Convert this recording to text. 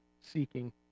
seeking